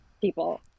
people